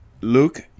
Luke